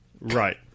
Right